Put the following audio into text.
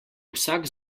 vsak